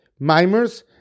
Mimers